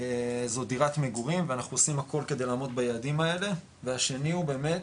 זאת דירת מגורים ואנחנו עושים הכל כדי לעמוד ביעדים האלה והשני הוא באמת